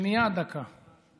שב במקומך בבקשה, תודה רבה.